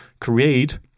create